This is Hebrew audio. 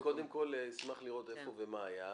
אני קודם כל אשמח לראות איפה ומה היה,